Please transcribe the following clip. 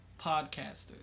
podcasters